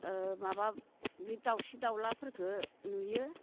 माबा बे दावस्रि दावलाफोरखौ नुयो